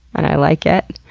and i like it!